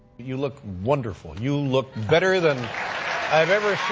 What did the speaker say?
you look wonderful, and you look better than i've ever